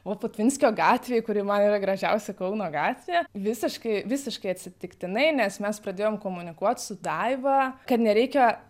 o putvinskio gatvėj kuri man yra gražiausia kauno gatvė visiškai visiškai atsitiktinai nes mes pradėjom komunikuot su daiva kad nereikia